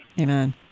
Amen